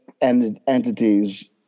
entities